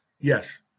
yes